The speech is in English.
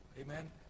Amen